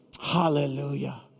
hallelujah